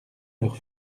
leurs